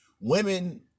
Women